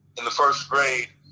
in the first grade,